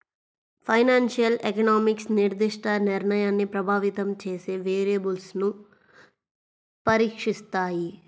financial economics నిర్దిష్ట నిర్ణయాన్ని ప్రభావితం చేసే వేరియబుల్స్ను పరీక్షిస్తాయి